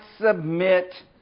submit